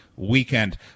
Weekend